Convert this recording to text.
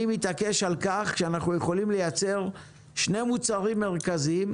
אני מתעקש על כך שאנחנו יכולים לייצר שני מוצרים מרכזיים,